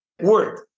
word